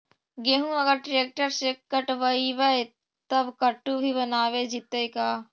गेहूं अगर ट्रैक्टर से कटबइबै तब कटु भी बनाबे जितै का?